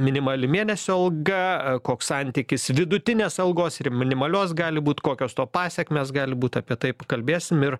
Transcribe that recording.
minimali mėnesio alga koks santykis vidutinės algos ir minimalios gali būt kokios to pasekmės gali būt apie tai kalbėsim ir